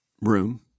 room